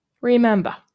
remember